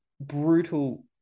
Brutal